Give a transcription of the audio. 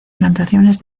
plantaciones